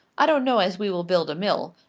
i don't know as we will build a mill.